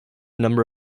number